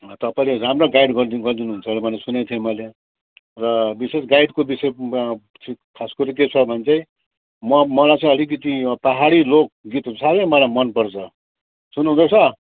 तपाईँले राम्रो गाइड गरिदिनु गरिदिनुहुन्छ भनि सुनेको थिएँ मैले र विशेष गाइडको विषयमा खास कुरो के छ भने चाहिँ म मलाई चाहिँ अलिकति पाहाडी लोकगीतहरू साह्रै मलाई मनपर्छ सुन्नुहुँदैछ